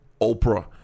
Oprah